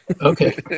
Okay